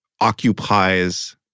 occupies